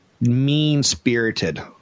mean-spirited